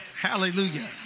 Hallelujah